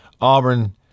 Auburn –